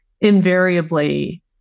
invariably